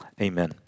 Amen